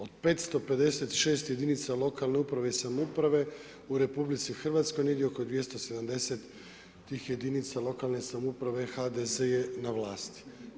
O 556 jedinica lokalne uprave i samouprave u RH, negdje oko 270 jedinica lokalne samouprave, HDZ je na vlati.